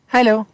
Hello